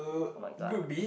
oh-my-god